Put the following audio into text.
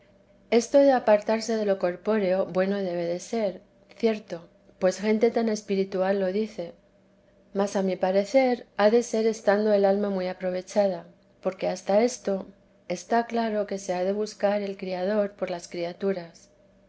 esto de apartarse de lo corpóreo bueno debe de ser cierto pues gente tan espiritual lo dice mas a mi parecer ha de ser estando el alma muy aprovechada porque hasta esto está claro se ha de buscar el criador por las criaturas